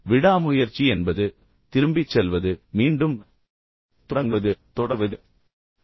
எனவே விடாமுயற்சி என்பது திரும்பிச் செல்வது மீண்டும் தொடங்குவது தொடர்வது என்று நான் கூறுவேன்